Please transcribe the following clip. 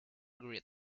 grit